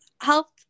health